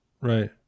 Right